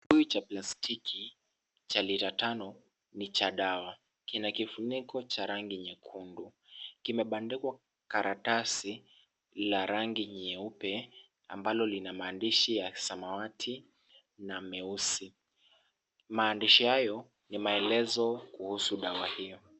Kibuyu cha plastiki cha lita tano ni cha dawa. Kina kifuniko cha rangi nyekundu. Kimebandikwa karatasi la rangi nyeupe, ambalo lina maandishi ya samawati na meusi. Maandishi hayo ni maelezo kuhusu dawa hiyo.